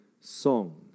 song